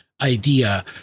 idea